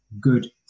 good